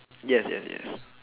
yes yes yes